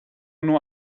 nur